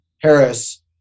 Harris